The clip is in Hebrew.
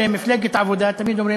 במפלגת העבודה תמיד אומרים,